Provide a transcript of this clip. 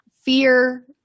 fear